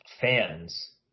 fans